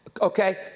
Okay